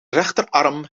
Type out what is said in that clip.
rechterarm